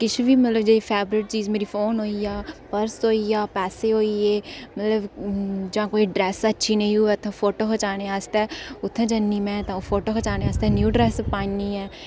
किश बी मतलब जे फेवरेट चीज मेरी जि'यां फोन होई गेआ पर्स होई गेआ पैसे होई गे मतलब जां कोई ड्रैस अच्छी नेईं होऐ तां फोटो खचाने आस्तै उत्थै जन्नी में तां फोटो खचाने आस्तै न्यू ड्रैस पान्नी ऐ